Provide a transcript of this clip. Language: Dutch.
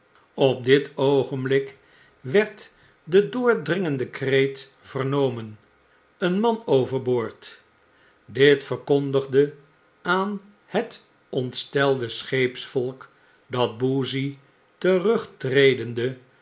op dit oogenblik werd de doordringende kreet vernomen een man over boord dit verkondigde aan het ontstelde scheepsvolk dat boozey terugtredende